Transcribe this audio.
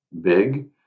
big